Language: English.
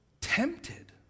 tempted